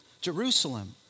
Jerusalem